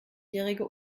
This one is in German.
jährige